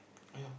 yeah